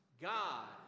God